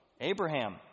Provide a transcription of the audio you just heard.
Abraham